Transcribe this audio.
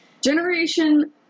generation